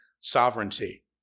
sovereignty